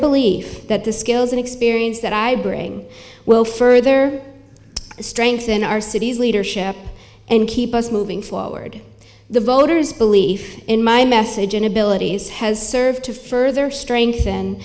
belief that the skills and experience that i bring will further strengthen our city's leadership and keep us moving forward the voters belief in my message and abilities has served to further strength